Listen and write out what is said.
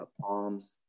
palms